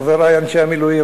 חברי אנשי המילואים.